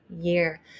year